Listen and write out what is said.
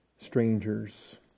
strangers